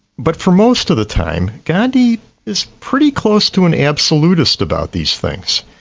but for most of the time, gandhi is pretty close to an absolutist about these things.